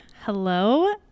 Hello